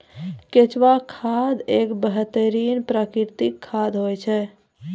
केंचुआ खाद एक बेहतरीन प्राकृतिक खाद होय छै